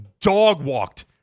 dog-walked